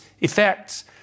effects